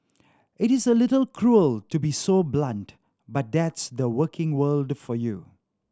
it is a little cruel to be so blunt but that's the working world for you